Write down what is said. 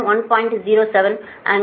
07 கோணம் 8